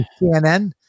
CNN